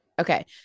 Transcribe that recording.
Okay